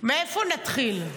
מאיפה נתחיל?